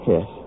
Yes